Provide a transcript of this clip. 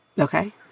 Okay